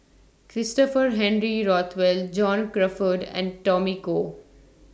Christopher Henry Rothwell John Crawfurd and Tommy Koh